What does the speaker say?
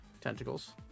tentacles